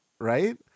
Right